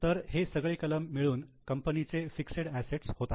तर हे सगळे कलम मिळून कंपनीचे फिक्सेड असेट्स होतात